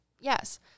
yes